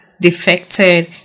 defected